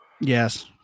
Yes